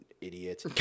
idiot